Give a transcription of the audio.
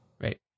right